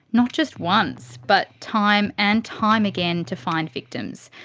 not just once, but time and time again to find victims.